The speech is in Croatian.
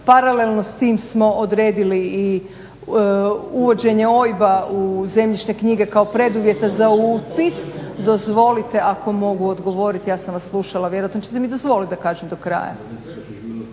Paralelno s tim smo odredili i uvođenje OIB-a u zemljišne knjige kao preduvjeta za upis. Dozvolite ako mogu odgovoriti, ja sam vas slušala. Vjerojatno ćete mi dozvoliti da kažem do kraja.